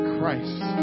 Christ